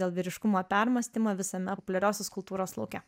dėl vyriškumo permąstymo visame populiariosios kultūros lauke